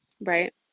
right